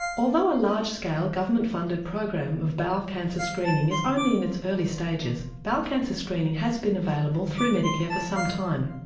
although a large-scale government funded program of bowel cancer screening is only in its early stages, bowel cancer screening has been available through medicare for some time,